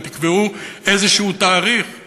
ותקבעו תאריך כלשהו,